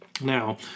Now